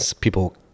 people